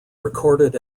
recorded